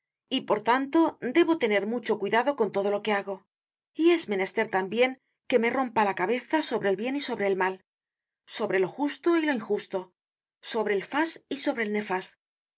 y por tanto debo tener mucho cuidado con todo lo que hago y es menester tambien que me rompa la cabeza sobre el bien y sobre el mal sobre lo justo y lo injusto sobre el fas y sobre el nefas